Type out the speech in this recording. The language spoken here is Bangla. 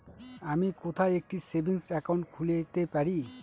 আমি কোথায় একটি সেভিংস অ্যাকাউন্ট খুলতে পারি?